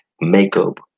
makeup